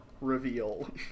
reveal